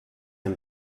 dem